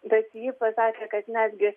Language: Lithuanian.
bet ji pasakė kad netgi